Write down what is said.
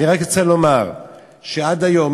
אני רק רוצה לומר שעד היום,